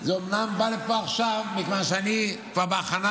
זה אומנם בא לפה עכשיו מכיוון שאני כבר בהכנה